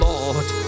Lord